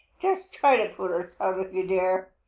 just try to put us out if you dare!